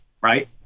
right